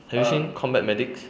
have you seen combat medics